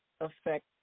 affect